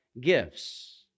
gifts